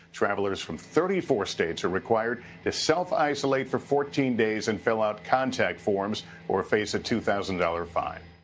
travelers from thirty four states are required to self-isolate for fourteen days and fill out contact forms or face a two thousand dollars fine.